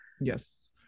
Yes